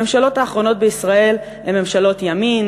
הממשלות האחרונות בישראל הן ממשלות ימין